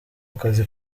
kazi